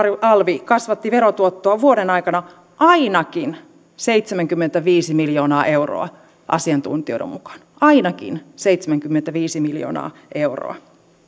alvi kasvatti verotuottoa vuoden aikana ainakin seitsemänkymmentäviisi miljoonaa euroa asiantuntijoiden mukaan ainakin seitsemänkymmentäviisi miljoonaa euroa te